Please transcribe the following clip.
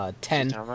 ten